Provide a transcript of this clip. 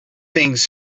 things